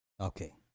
Okay